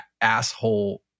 asshole